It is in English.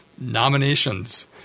nominations